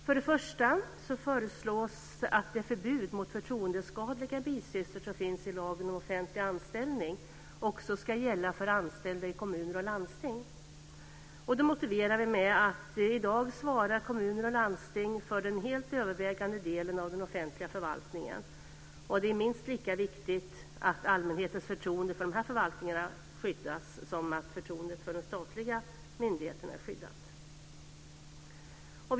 Först och främst föreslås att det förbud mot förtroendeskadliga bisysslor som finns i lagen om offentlig anställning också ska gälla för anställda i kommuner och landsting. Det motiverar vi med att kommuner och landsting i dag svarar för den helt övervägande delen av den offentliga förvaltningen, och det är minst lika viktigt att allmänhetens förtroende för dessa förvaltningar skyddas som att förtroendet för de statliga myndigheterna är skyddat.